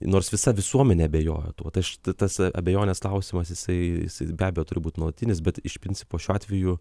nors visa visuomenė abejojo tuo tai aš tas abejonės klausimas jisai jisai be abejo turi būt nuolatinis bet iš principo šiuo atveju